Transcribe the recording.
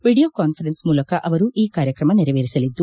video conference ಮೂಲಕ ಅವರು ಈ ಕಾರ್ಯಕ್ರಮ ನೆರವೇರಿಸಲಿದ್ದಾರೆ